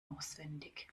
auswendig